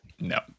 No